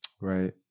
Right